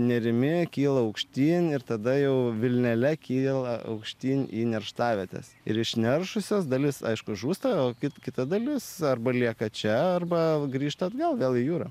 nerimi kyla aukštyn ir tada jau vilnele kyla aukštyn į nerštavietes ir išneršusios dalis aišku žūsta o kita dalis arba lieka čia arba grįžta atgal vėl į jūrą